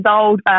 old